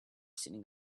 sitting